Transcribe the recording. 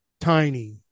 tiny